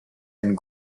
and